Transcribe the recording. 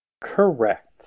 Correct